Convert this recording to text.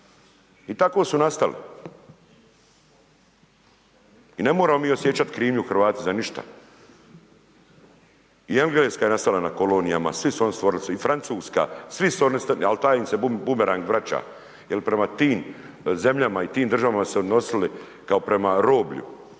I tako su nastali. I ne moramo mi osjećat krivnju Hrvati za ništa. I Engleska je nastala na kolonijama, svi su oni stvorili se i Francuska, svi su oni, al taj im se bumerang vraća jer prema tim zemljama i tim državama su se odnosili kao prema roblju,